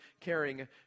caring